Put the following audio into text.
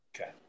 Okay